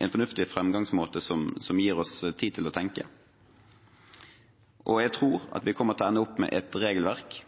en fornuftig fremgangsmåte som gir oss tid til å tenke. Jeg tror vi kommer til å ende opp med et regelverk